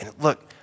look